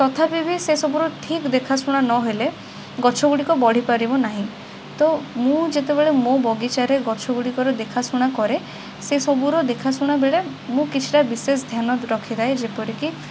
ତଥାପି ବି ସେସବୁର ଠିକ୍ ଦେଖାଶୁଣା ନହେଲେ ଗଛଗୁଡ଼ିକ ବଢ଼ିପାରିବ ନାହିଁ ତ ମୁଁ ଯେତେବେଳେ ମୋ ବଗିଚାରେ ଗଛଗୁଡ଼ିକର ଦେଖାଶୁଣା କରେ ସେସବୁର ଦେଖାଶୁଣା ବେଳେ ମୁଁ କିଛିଟା ବିଶେଷଧ୍ୟାନ ରଖିଥାଏ ଯେପରିକି